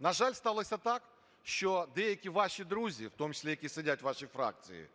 На жаль, сталося так, що деякі ваші друзі, у тому числі, які сидять у вашій фракції,